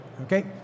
Okay